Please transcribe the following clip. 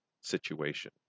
situation